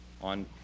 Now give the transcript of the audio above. on